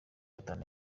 atanu